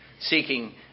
Seeking